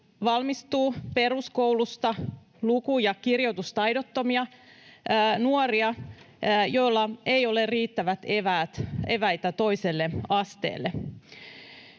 valmistuu peruskoulusta luku- ja kirjoitustaidottomia nuoria, joilla ei ole riittäviä eväitä toiselle asteelle.